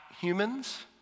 humans